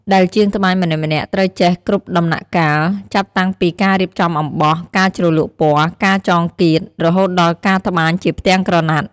ដែលជាងត្បាញម្នាក់ៗត្រូវចេះគ្រប់ដំណាក់កាល ចាប់តាំងពីការរៀបចំអំបោះ ការជ្រលក់ពណ៌ ការចងគាត រហូតដល់ការត្បាញជាផ្ទាំងក្រណាត់។